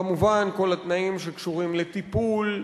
כמובן, כל התנאים שקשורים לטיפול,